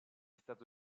stato